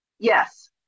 Yes